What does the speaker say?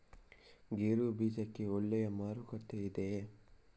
ಗೇರು ಬೀಜಕ್ಕೆ ಒಳ್ಳೆಯ ಮಾರುಕಟ್ಟೆ ಇದೆಯೇ?